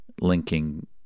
linking